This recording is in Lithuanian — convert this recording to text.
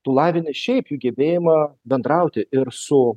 tu lavini šiaip jų gebėjimą bendrauti ir su